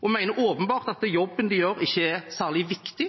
og mener åpenbart at jobben de gjør, ikke er særlig viktig,